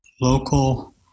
local